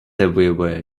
everywhere